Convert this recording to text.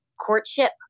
courtship